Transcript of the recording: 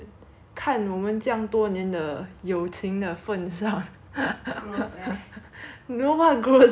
看我们这样多年的友情的份上 no what gross ass